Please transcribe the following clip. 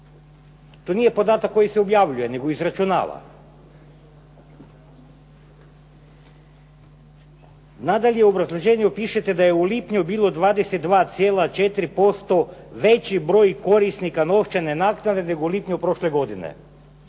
To nije podatak koji se objavljuje, nego izračunava. Nadalje u obrazloženju pišete da je u lipnju bilo 22,4% veći broj korisnika novčane naknade, nego u lipnju prošle godine.